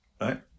right